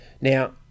Now